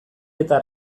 eta